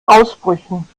ausbrüchen